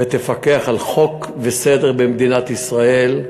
ותפקח על חוק וסדר במדינת ישראל,